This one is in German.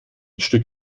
stück